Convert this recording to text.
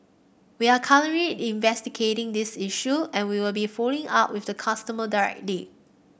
we are currently investigating this issue and we will be following up with the customer directly